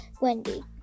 Wendy